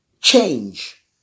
change